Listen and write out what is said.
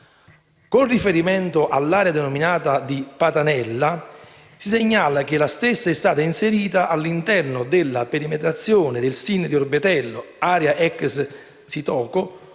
Con riferimento all'area denominata di Patanella, si segnala che la stessa è stata inserita all'interno della perimetrazione del Sito di interesse